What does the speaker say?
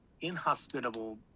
inhospitable